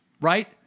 Right